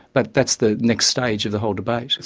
but that's the next stage of the whole debate.